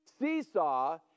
seesaw